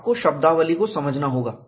आपको शब्दावली को समझना होगा